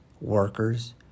workers